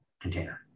container